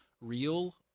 real